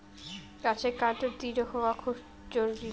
গাছের কান্ড দৃঢ় হওয়া খুব জরুরি